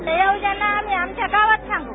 त्या योजना आम्ही आमच्या गावात सांगू